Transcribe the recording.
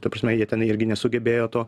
ta prasme jie tenai irgi nesugebėjo to